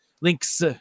links